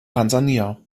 tansania